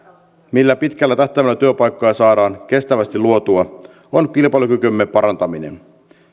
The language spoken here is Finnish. millä pitkällä tähtäimellä työpaikkoja saadaan kestävästi luotua on kilpailukykymme parantaminen tämä